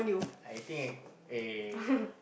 I think I eh